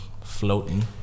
floating